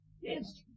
Yes